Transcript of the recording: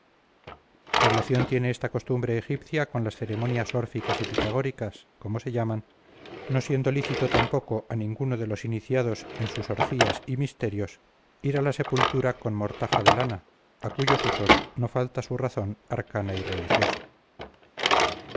relación tiene esta costumbre egipcia con las ceremonias órficas y pitagóricas como se llaman no siendo lícito tampoco a ninguno de los iniciados en sus orgías y misterios ir a la sepultura con mortaja de lana a cuyos usos no falta su razón arcana y religiosa